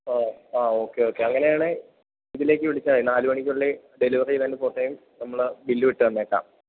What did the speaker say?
ആ ആ okay okay അങ്ങനെയാണെങ്കില് ഇതിലേക്ക് വിളിച്ചാല് മതി നാല് മണിക്കുള്ളില് ഡെലിവറി ചെയ്തതിൻ്റെ ഫോട്ടേയും നമ്മുടെ ബില്ലും ഇട്ടുതന്നേക്കാം